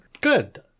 Good